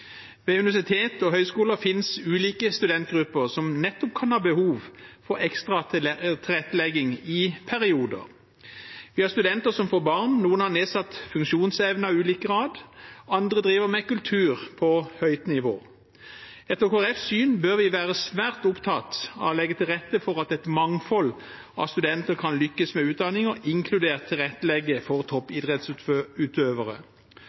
Ved universiteter og høgskoler finnes ulike studentgrupper, som nettopp kan ha behov for ekstra tilrettelegging i perioder. Det er studenter som får barn, noen har nedsatt funksjonsevne av ulik grad og andre driver med kultur på høyt nivå. Etter Kristelig Folkepartis syn bør vi være svært opptatt av å legge til rette for at et mangfold av studenter kan lykkes med utdanning, inkludert å tilrettelegge for